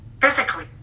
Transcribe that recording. physically